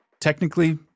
Technically